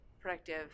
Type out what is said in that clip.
productive